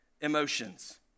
emotions